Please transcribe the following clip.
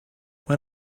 when